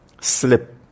slip